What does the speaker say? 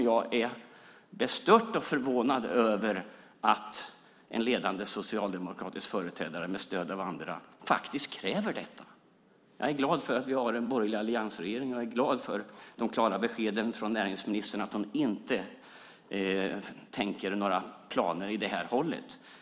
Jag är bestört och förvånad över att en ledande socialdemokratisk företrädare, med stöd av andra, kräver detta. Jag är glad att vi har en borgerlig alliansregering. Jag är glad för klara besked från näringsministern att hon inte har några planer åt detta håll.